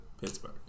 Pittsburgh